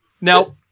Now